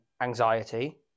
anxiety